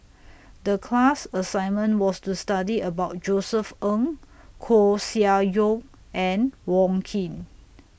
The class assignment was to study about Josef Ng Koeh Sia Yong and Wong Keen